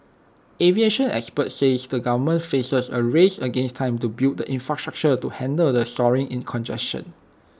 aviation experts says the government faces A race against time to build the infrastructure to handle the soaring in congestion